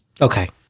Okay